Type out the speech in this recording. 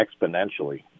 exponentially